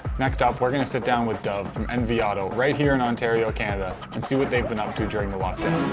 next up, we're gonna sit down with dov from nv auto, right here in ontario, canada, and see what they've been up to during the lockdown.